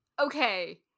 Okay